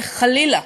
חלילה,